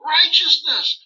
righteousness